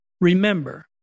Remember